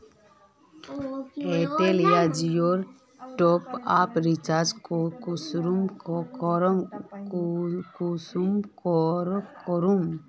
Airtel या जियोर top आप रिचार्ज कुंसम करे करूम?